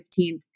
15th